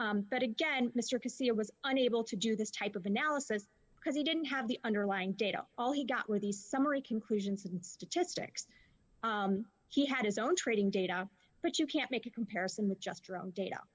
but again mr casea was unable to do this type of analysis because he didn't have the underlying data all he got were these summary conclusions and statistics he had his own trading data but you can't make a comparison with just drug data